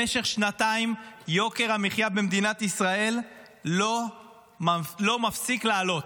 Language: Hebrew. במשך שנתיים יוקר המחיה במדינת ישראל לא מפסיק לעלות.